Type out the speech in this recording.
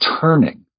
turning